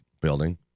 building